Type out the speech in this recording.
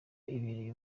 abereye